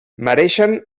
mereixen